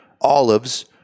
olives